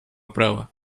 права